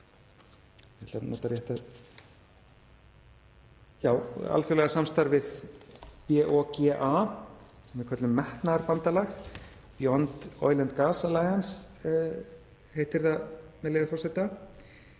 alþjóðlega samstarfinu BOGA, sem við köllum metnaðarbandalag, Beyond Oil & Gas Alliance heitir það, með leyfi forseta.